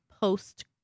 post